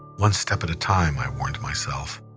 one step at a time, i warned myself.